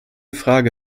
frage